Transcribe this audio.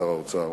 שר האוצר,